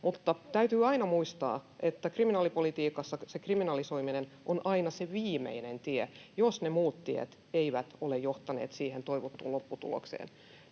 Mutta täytyy aina muistaa, että kriminaalipolitiikassa se kriminalisoiminen on aina se viimeinen tie, jos ne muut tiet eivät ole johtaneet siihen toivottuun lopputulokseen.